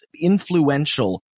influential